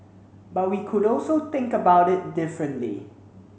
but we could also think about it differently